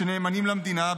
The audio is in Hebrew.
שנאמנים למדינה.